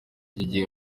yagiye